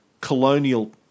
colonial